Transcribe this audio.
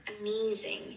amazing